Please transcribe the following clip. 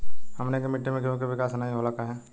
हमनी के मिट्टी में गेहूँ के विकास नहीं होला काहे?